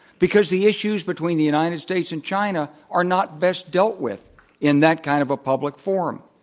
because the issues between the united states and china are not best dealt with in that kind of a public forum.